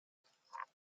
author